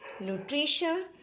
nutrition